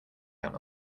down